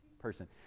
person